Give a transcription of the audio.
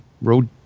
road